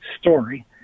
story